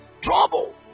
trouble